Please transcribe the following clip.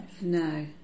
no